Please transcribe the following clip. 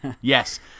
Yes